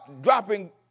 dropping